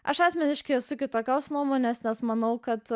aš asmeniškai esu kitokios nuomonės nes manau kad